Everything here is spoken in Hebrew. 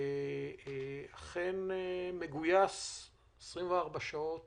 ואכן, מגויס 24 שעות